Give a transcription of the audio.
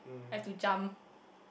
have to jump